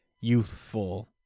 youthful